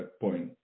point